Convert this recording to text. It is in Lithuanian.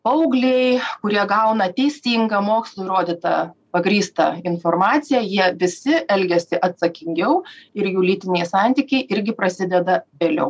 paaugliai kurie gauna teisingą mokslu įrodytą pagrįstą informaciją jie visi elgiasi atsakingiau ir jų lytiniai santykiai irgi prasideda vėliau